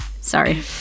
Sorry